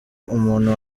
umuntu